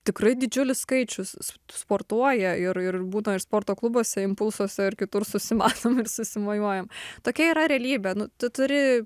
tikrai didžiulis skaičius sportuoja ir ir būna ir sporto klubuose impulsuose ar kitur susimąstome ir susi mojuojame tokia yra realybė nu tu turi